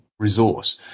resource